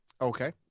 Okay